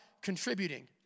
contributing